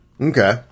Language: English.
Okay